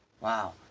Wow